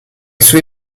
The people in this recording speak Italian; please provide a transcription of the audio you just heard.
suoi